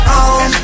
on